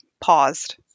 paused